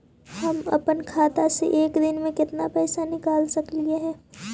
हम अपन खाता से एक दिन में कितना पैसा निकाल सक हिय?